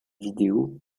vidéo